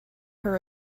her